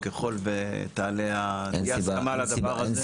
וככל ותעלה אי הסכמה לדבר הזה --- אין